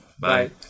Bye